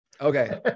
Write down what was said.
Okay